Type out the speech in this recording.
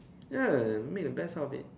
ya make the best out of it